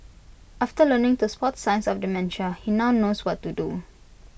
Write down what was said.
after learning to spot signs of dementia he now knows what to do